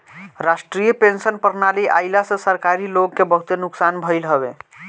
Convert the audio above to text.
राष्ट्रीय पेंशन प्रणाली आईला से सरकारी लोग के बहुते नुकसान भईल हवे